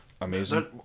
Amazing